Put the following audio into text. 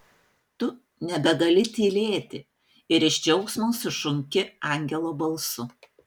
tu nebegali tylėti ir iš džiaugsmo sušunki angelo balsu